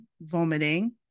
vomiting